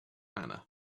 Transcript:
manner